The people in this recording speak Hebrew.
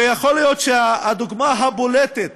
ויכול להיות שהדוגמה הבולטת